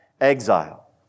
Exile